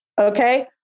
Okay